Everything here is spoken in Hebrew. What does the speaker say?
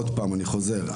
אני חוזר,